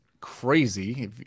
crazy